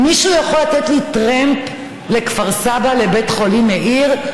מישהו יכול לתת לי טרמפ לכפר סבא לבית חולים מאיר?